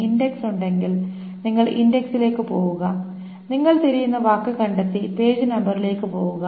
index ഉണ്ടെങ്കിൽ നിങ്ങൾ ഇൻഡെക്സിലേക്ക് പോകുക നിങ്ങൾ തിരയുന്ന വാക്ക് കണ്ടെത്തി പേജ് നമ്പറിലേക്ക് പോകുക